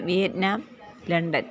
Vietnam London